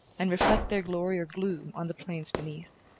and reflect their glory or gloom on the plains beneath.